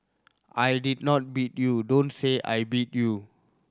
I did not beat you don't say I beat you